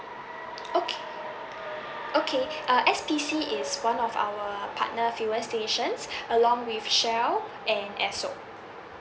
okay okay uh S_P_C is one of our partner fuel stations along with shell and Esso